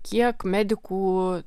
kiek medikų